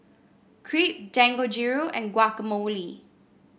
Crepe Dangojiru and Guacamole